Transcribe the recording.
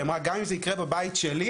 היא אמרה גם אם זה יקרה בבית שלי,